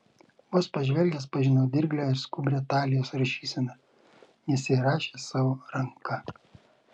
vos pažvelgęs pažinau dirglią ir skubrią talijos rašyseną nes ji rašė savo ranka